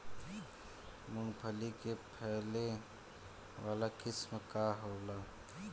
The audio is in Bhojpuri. मूँगफली के फैले वाला किस्म का होला?